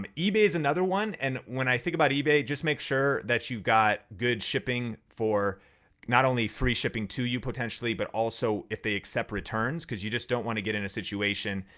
um ebay is another one. and when i think about ebay, just make sure that you've got good shipping for not only free shipping to you potentially but also if they accept returns cause you just don't wanna get in a situation.